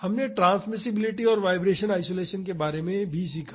हमने ट्रांसमिसिबिलिटी और vibration isolation के बारे में भी सीखा